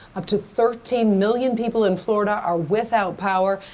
up to thirteen million people in florida are without power,